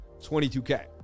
22k